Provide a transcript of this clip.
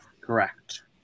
Correct